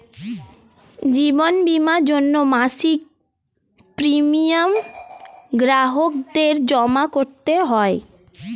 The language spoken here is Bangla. জীবন বীমার জন্যে মাসিক প্রিমিয়াম গ্রাহকদের জমা করতে হয়